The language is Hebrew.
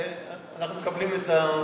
אנחנו מקבלים את,